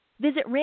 Visit